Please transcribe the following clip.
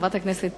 חברת הכנסת